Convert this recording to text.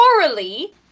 morally